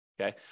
okay